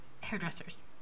hairdressers